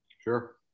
Sure